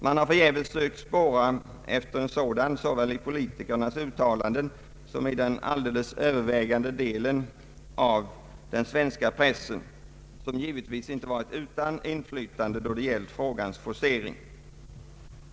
Man har förgäves sökt spåra en sådan såväl i politikernas uttalanden som i den alldeles övervägande delen av den svenska pressen, som givetvis inte varit utan inflytande då det gällt frågans forcering.